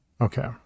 Okay